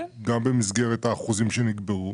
הוא נכון גם במסגרת האחוזים שנקבעו.